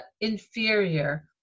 inferior